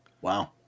Wow